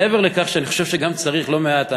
מעבר לכך שאני חושב שגם צריך לא מעט ענווה.